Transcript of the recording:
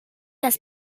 las